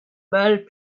balles